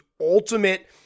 ultimate